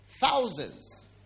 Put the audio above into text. thousands